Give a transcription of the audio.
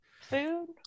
Food